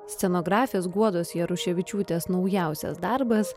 scenografės guodos jaruševičiūtės naujausias darbas